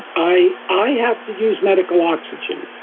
i i have to use medical oxygen